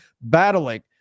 battling